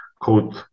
code